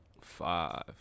Five